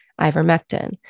ivermectin